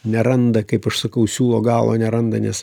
neranda kaip aš sakau siūlo galo neranda nes